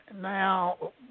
Now